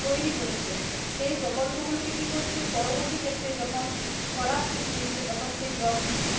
তৈরি করেছে সেই প্রকল্পগুলোকে কী করছে পরবর্তী ক্ষেত্রে যখন খরার সৃষ্টি হচ্ছে তখন সেই জল